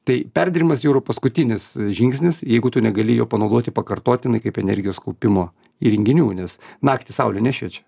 tai perdirimas jau yra paskutinis žingsnis jeigu tu negali jo panaudoti pakartotinai kaip energijos kaupimo įrenginių nes naktį saulė nešviečia